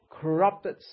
corrupted